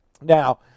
Now